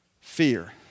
Fear